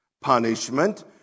punishment